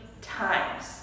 times